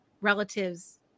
relatives